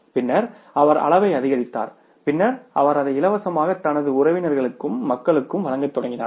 பின்னர் அவர் அளவை அதிகரித்தார் பின்னர் அவர் அதை இலவசமாக தனது உறவினர்களுக்குமக்களுக்கு வழங்கத் தொடங்கினார்